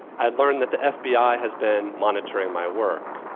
i learned that the fbi has been monitoring my work.